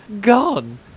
gone